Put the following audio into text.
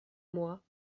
moi